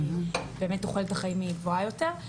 באמת תוחלת החיים היא גבוהה יותר.